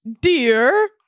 Dear